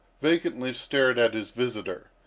vacantly stared at his visitor,